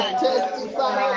testify